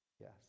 yes